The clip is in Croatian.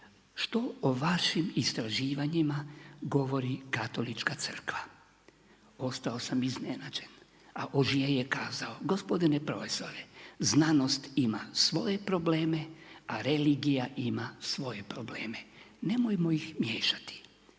što o vašim istraživanjima govori katolička crkva. Ostao sam iznenađen, ali … je kazao gospodine profesore znanost ima svoje probleme, a religija ima svoje probleme, nemojmo ih miješati.